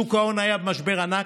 בשוק ההון היה משבר ענק,